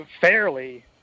fairly